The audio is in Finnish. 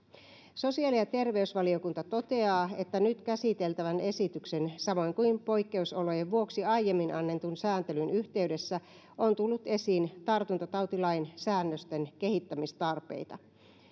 sosiaali ja terveysvaliokunta toteaa että nyt käsiteltävän esityksen samoin kuin poikkeusolojen vuoksi aiemmin annetun sääntelyn yhteydessä on tullut esiin tartuntatautilain säännösten kehittämistarpeita